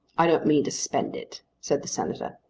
i don't mean to spend it, said the senator.